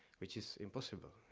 which is impossible,